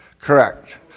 Correct